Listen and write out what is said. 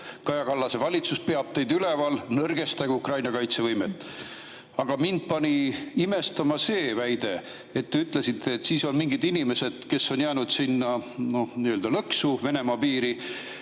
Kaja Kallase valitsus peab teid üleval, nõrgestage Ukraina kaitsevõimet! Aga mind pani imestama see väide, et te ütlesite, et on mingid inimesed, kes on jäänud lõksu Venemaa piirile,